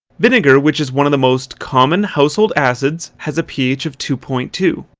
vinegar which is one of the most common household acids has a ph of two point two.